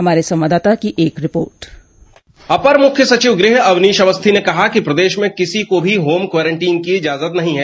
हमारे संवाददाता ने की एक रिपोर्ट अपर मुख्य सचिव गृह अवनीश अवस्थी ने कहा कि प्रदेश में किसी को भी होम क्वॉरेंटाइन की इजाजत नहीं है